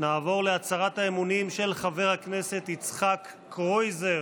נעבור להצהרת האמונים של חבר הכנסת יצחק קרויזר.